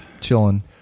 chilling